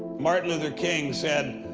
martin luther king said,